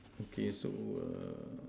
okay so err